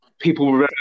people